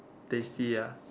tasty ah